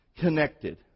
connected